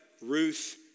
Ruth